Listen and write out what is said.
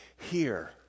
Here